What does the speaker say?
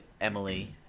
Emily